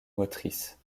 motrices